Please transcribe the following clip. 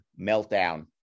meltdown